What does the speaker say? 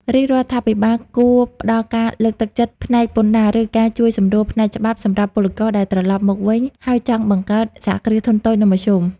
រាជរដ្ឋាភិបាលគួរផ្ដល់ការលើកទឹកចិត្តផ្នែកពន្ធដារ ឬការជួយសម្រួលផ្នែកច្បាប់ សម្រាប់ពលករដែលត្រឡប់មកវិញហើយចង់បង្កើត សហគ្រាសធុនតូច និងមធ្យម ។